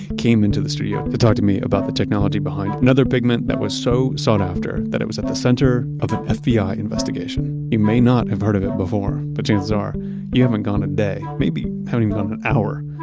came into the studio to talk to me about the technology behind another pigment that was so sought after that it was at the center of an ah fbi ah investigation. you may not have heard of it before, but chances are you haven't gone a day, maybe haven't even gone an hour,